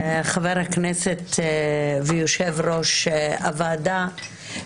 חה"כ ויו"ר הוועדה,